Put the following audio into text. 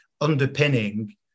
underpinning